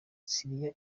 syria